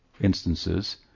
instances